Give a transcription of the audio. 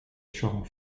strong